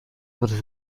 was